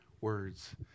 words